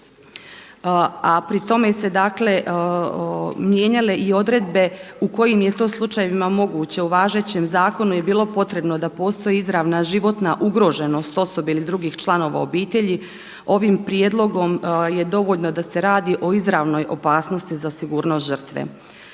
a pri tome su se mijenjale i odredbe u kojim je to slučajevima moguće. U važećem zakonu je bilo potrebno da postoji izravna životna ugroženost osobe ili drugih članova obitelji. Ovim prijedlogom je dovoljno da se radi o izravnoj opasnosti za sigurnost žrtve.